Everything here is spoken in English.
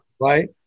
Right